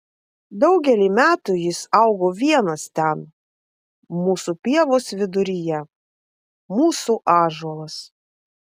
daugelį metų jis augo vienas ten mūsų pievos viduryje mūsų ąžuolas